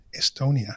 Estonia